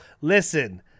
Listen